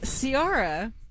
Ciara